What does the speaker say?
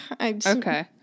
Okay